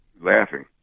Laughing